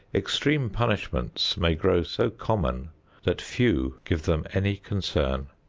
extreme punishments may grow so common that few give them any concern.